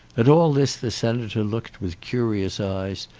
at all this the senator looked with curious eyes,